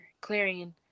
Clarion